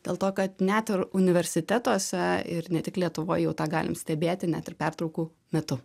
dėl to kad net ir universitetuose ir ne tik lietuvoj jau tą galim stebėti net ir pertraukų metu